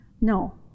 No